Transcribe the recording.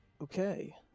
Okay